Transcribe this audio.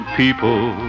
people